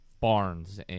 Barnes